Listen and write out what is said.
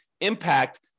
impact